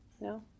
No